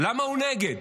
למה הוא נגד,